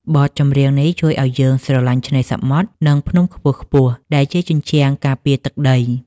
បទចម្រៀងនេះជួយឱ្យយើងស្រឡាញ់ឆ្នេរសមុទ្រ និងភ្នំខ្ពស់ៗដែលជាជញ្ជាំងការពារទឹកដី។